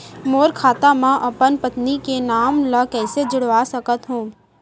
मोर खाता म अपन पत्नी के नाम ल कैसे जुड़वा सकत हो?